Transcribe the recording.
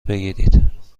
بگیرید